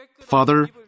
Father